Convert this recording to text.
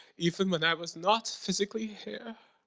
even when i was not physically here.